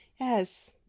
Yes